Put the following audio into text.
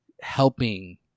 helping